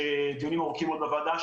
דיונים ארוכים מאוד בוועדה,